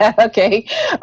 okay